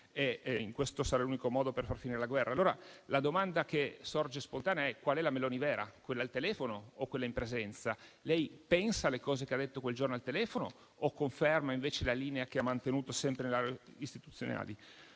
e che questo sarà l'unico modo per far finire la guerra. La domanda che sorge spontanea è, dunque, qual è la Meloni vera, quella al telefono o quella in presenza? Lei pensa le cose che ha detto quel giorno al telefono o conferma invece la linea che ha mantenuto sempre nei consessi istituzionali?